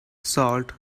salt